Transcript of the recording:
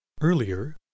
Earlier